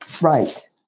Right